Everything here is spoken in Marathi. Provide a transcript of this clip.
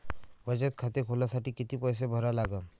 बचत खाते खोलासाठी किती पैसे भरा लागन?